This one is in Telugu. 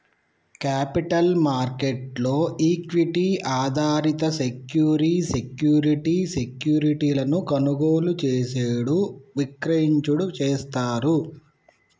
క్యాపిటల్ మార్కెట్ లో ఈక్విటీ ఆధారిత సెక్యూరి సెక్యూరిటీ సెక్యూరిటీలను కొనుగోలు చేసేడు విక్రయించుడు చేస్తారు